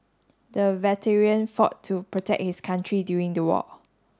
the veteran fought to protect his country during the war